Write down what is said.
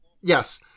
Yes